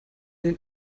den